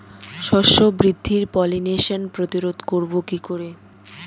শস্য বৃদ্ধির পলিনেশান প্রতিরোধ করব কি করে?